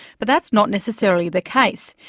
but that's not necessarily the case.